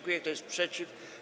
Kto jest przeciw?